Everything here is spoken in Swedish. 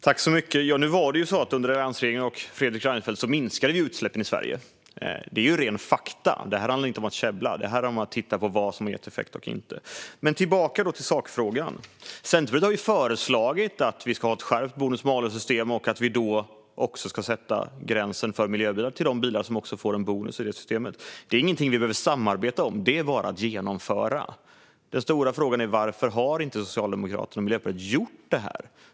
Fru talman! Nu var ju så att utsläppen i Sverige minskade under alliansregeringen och Fredrik Reinfeldt. Detta är rena fakta och handlar inte om att käbbla utan om att titta på vad som har gett effekt och inte. För att gå tillbaka till sakfrågan har Centerpartiet föreslagit att vi ska ha ett skärpt bonus-malus-system och att vi ska sätta gränsen för miljöbilar som ska få bonus i systemet. Det är ingenting vi behöver samarbeta om, utan det är bara att genomföra. Den stora frågan är varför Socialdemokraterna och Miljöpartiet inte har gjort detta.